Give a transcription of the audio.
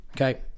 Okay